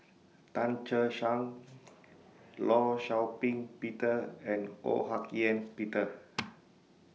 Tan Che Sang law Shau Ping Peter and Ho Hak Ean Peter